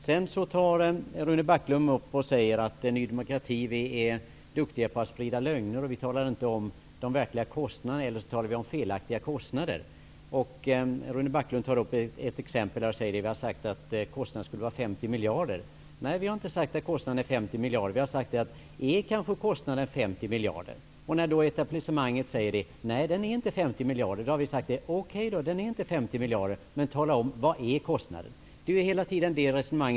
Sedan sade Rune Backlund att Ny demokrati är duktigt på att sprida lögner och att vi uppger felaktiga kostnader för flyktingpolitiken. Som exempel nämnde Rune Backlund att vi skulle ha sagt att kostnaden är 50 miljarder. Nej, vi har inte sagt att kostnaden är 50 miljarder -- vi har sagt: Är kostnaden kanske 50 miljarder? När etablissemanget då sagt att den inte är 50 miljarder har vi sagt: Okej -- den är inte 50 miljarder. Men tala då om vad den är!